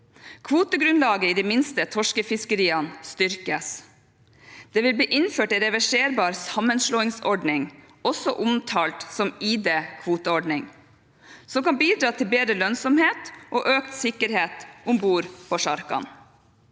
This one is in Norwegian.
Kvotegrunnlaget i de minste torskefiskeriene styrkes. Det vil videre bli innført en reverserbar sammenslåingsordning, også omtalt som ID-kvoteordning, som kan bidra til bedre lønnsomhet og økt sikkerhet om bord på sjarkene,